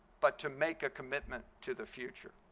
but to make a commitment to the future.